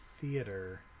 theater